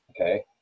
okay